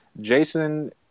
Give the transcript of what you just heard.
Jason